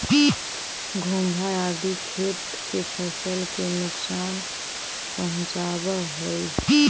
घोंघा आदि खेत के फसल के नुकसान पहुँचावऽ हई